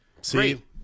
See